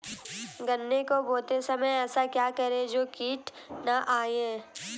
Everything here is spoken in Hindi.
गन्ने को बोते समय ऐसा क्या करें जो कीट न आयें?